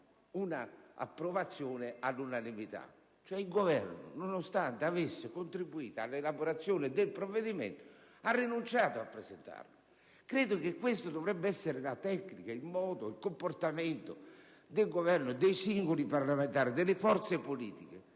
un'approvazione all'unanimità. Pertanto il Governo, nonostante avesse contribuito all'elaborazione del provvedimento, ha rinunciato a presentarlo. Ritengo che questa dovrebbe essere la tecnica, il modo, il comportamento del Governo, dei singoli parlamentari, delle forze politiche